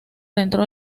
dentro